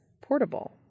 portable